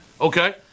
Okay